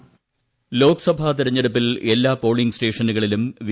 voice Lok Sabha തെരഞ്ഞെടുപ്പിൽ എല്ലാ polling സ്റ്റേഷനുകളിലും വി